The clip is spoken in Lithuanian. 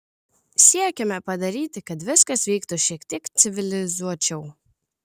siekiame padaryti kad viskas vyktų šiek tiek civilizuočiau